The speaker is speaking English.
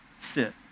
sit